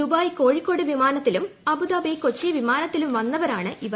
Dubai Kozhikode വിമാനത്തിലും Abu Dhabi Kochi വിമാനത്തിലും വന്നവരാണ് ഇവർ